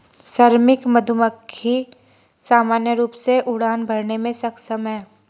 श्रमिक मधुमक्खी सामान्य रूप से उड़ान भरने में सक्षम हैं